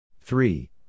three